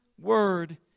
word